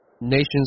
nations